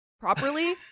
properly